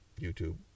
YouTube